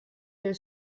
del